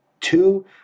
two